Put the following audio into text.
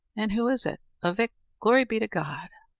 an' who is it, avick? glory be to god!